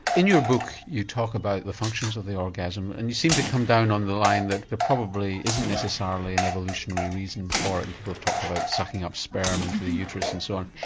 in your book, you talk about the functions of the orgasm, and you seem to come down on the line that there probably isn't necessarily an and evolutionary reason for it, and people have talked about sucking up sperm into the uterus and so on.